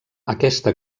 aquesta